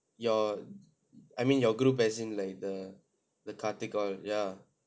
your I mean your group as in like the karthik all ya